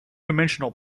dimensional